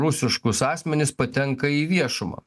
rusiškus asmenis patenka į viešumą